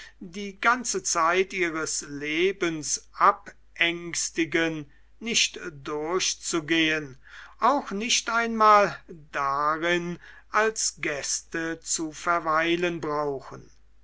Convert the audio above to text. die ganze zeit ihres lebens abängstigen nicht durchzugehen auch nicht einmal darin als gäste zu verweilen brauchen